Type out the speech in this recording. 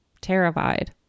terrified